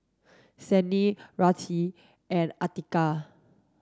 Senin Rizqi and Atiqah